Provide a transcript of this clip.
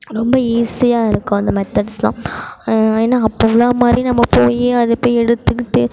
ரொம்ப ஈஸியாக இருக்கும் அந்த மெத்தட்ஸ்லாம் ஏன்னா அப்போது உள்ள மாதிரி நம்ம போய் அது போய் எடுத்துகிட்டு